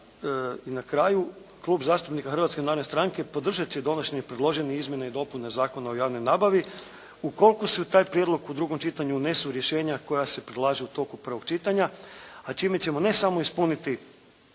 i na kraju, Klub zastupnika Hrvatske narodne stranke podržati će donošenje predložene izmjene i dopune Zakona o javnoj nabavi ukoliko se u taj prijedlog u drugom čitanju unesu rješenja koja se predlažu u toku prvog čitanja, a čime ćemo ne samo ispuniti